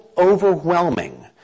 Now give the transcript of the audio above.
overwhelming